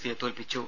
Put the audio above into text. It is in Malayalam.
സിയെ തോൽപ്പിച്ചു